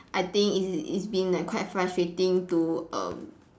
I think it's it's been like quite frustrating to um